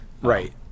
right